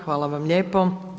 Hvala vam lijepo.